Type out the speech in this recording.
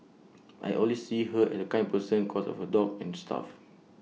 I always see her and A kind person cos of her dog N stuff